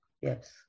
yes